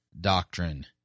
doctrine